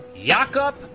Jakob